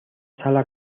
sala